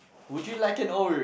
would you like an Oreo